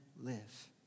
live